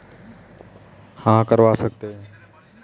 आप दुपहिया वाहन के लिए भी वाहन बीमा करवा सकते हैं